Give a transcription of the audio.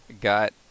got